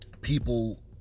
People